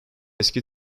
eski